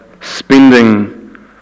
spending